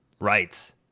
Right